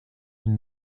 une